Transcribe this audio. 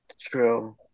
True